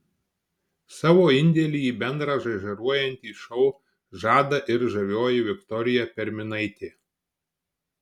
savo indėlį į bendrą žaižaruojantį šou žada ir žavioji viktorija perminaitė